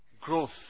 growth